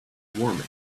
warming